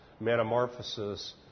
Metamorphosis